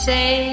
Say